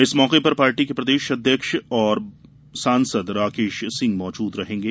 इस अवसर पर पार्टी के प्रदेश अध्यक्ष एवं सांसद राकेश सिंह मौजूद रहेंगे